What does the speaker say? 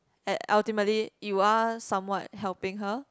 at ultimately you are somewhat helping her